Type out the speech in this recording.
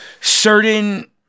certain